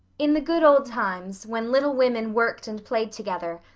in the good old times, when little women worked and played together,